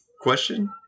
question